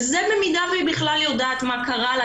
וזה במידה שהיא בכלל יודעת מה קרה לה,